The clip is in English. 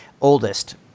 oldest